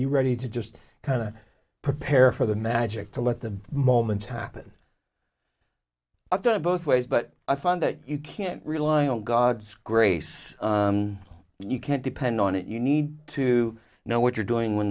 you ready to just kind of prepare for the magic to let the moment happen i've done it both ways but i found that you can't rely on god's grace you can't depend on it you need to know what you're doing when